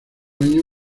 año